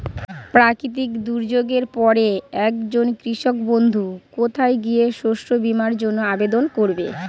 প্রাকৃতিক দুর্যোগের পরে একজন কৃষক বন্ধু কোথায় গিয়ে শস্য বীমার জন্য আবেদন করবে?